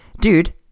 dude